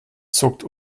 zuckt